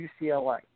UCLA